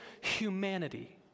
humanity